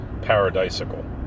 paradisical